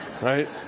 Right